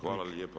Hvala lijepo.